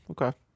okay